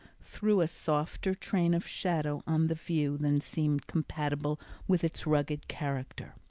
threw a softer train of shadow on the view than seemed compatible with its rugged character.